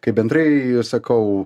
kaip bendrai sakau